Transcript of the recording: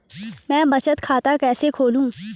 मैं बचत खाता कैसे खोलूँ?